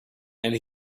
and